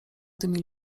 tymi